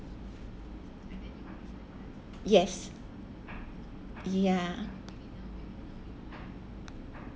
yes ya